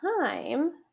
time